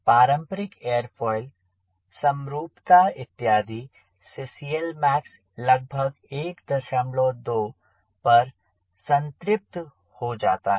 पारंपरिक एयरोफॉयल समरूपता इत्यादि से CLmax लगभग 12 पर संतृप्त हो जाता है